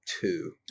two